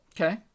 Okay